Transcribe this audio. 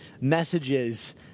messages